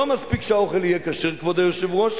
לא מספיק שהאוכל יהיה כשר, כבוד היושב-ראש,